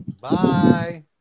Bye